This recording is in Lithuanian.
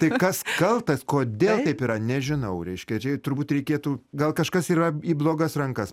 tai kas kaltas kodėl taip yra nežinau reiškia čia turbūt reikėtų gal kažkas yra į blogas rankas